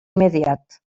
immediat